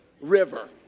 River